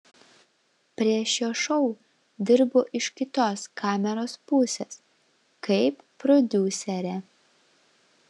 prie šio šou dirbu iš kitos kameros pusės kaip prodiuserė